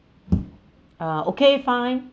uh okay fine